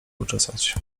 uczesać